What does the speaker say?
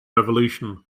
revolution